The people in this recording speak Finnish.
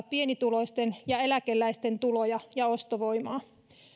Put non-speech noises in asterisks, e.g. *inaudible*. *unintelligible* pienituloisten ja eläkeläisten tuloja ja ostovoimaa